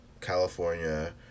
California